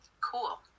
Cool